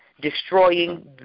destroying